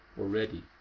already